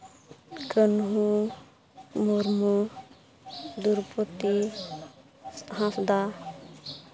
Kanhu Murmu Droupadi Hansda